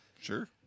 Sure